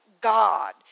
God